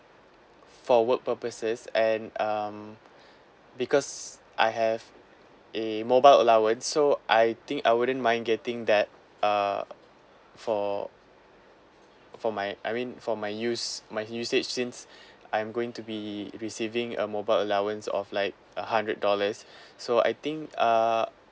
for work purposes and um because I have a mobile allowance so I think I wouldn't mind getting that uh for for my I mean for my use my usage since I'm going to be receiving a mobile allowance of like a hundred dollars so I think uh